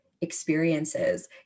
experiences